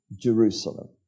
Jerusalem